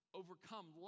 overcome